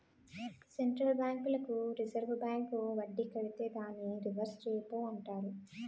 central బ్యాంకులకు reserve bank వడ్డీ కడితే దాన్ని రివర్స్ రెపో అంటారు